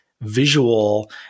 visual